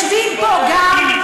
הם יושבים פה גם,